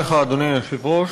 אדוני היושב-ראש,